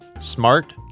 smart